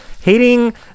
hating